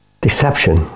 Deception